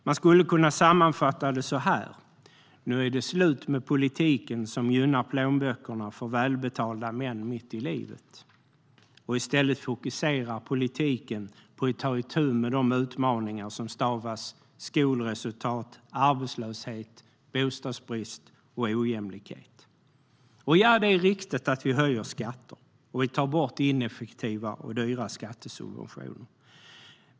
Man skulle kunna sammanfatta det på följande sätt: Nu är det slut med politiken som gynnar plånböckerna för välbetalda män mitt i livet. I stället fokuserar politiken på att ta itu med de utmaningar som stavas skolresultat, arbetslöshet, bostadsbrist och ojämlikhet. Det är riktigt att vi höjer skatter och att vi tar bort ineffektiva och dyra skattesubventioner.